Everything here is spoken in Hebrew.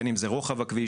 בין אם זה רוחב הכביש,